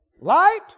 light